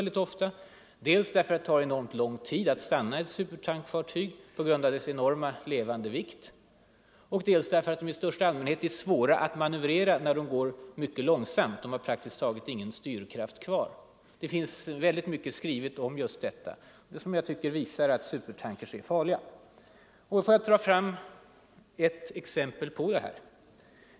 Det tar enormt lång tid att stanna ett supertankfartyg på grund av dess enorma levande vikt. De här fartygen är i största allmänhet svåra att manövrera när de går mycket långsamt, de saknar då praktiskt taget styrkraft. Det finns mycket skrivet som visar att supertankers är farliga.